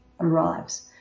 arrives